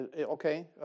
Okay